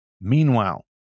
Meanwhile